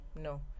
no